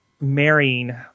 marrying